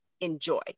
enjoy